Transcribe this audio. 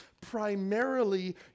Primarily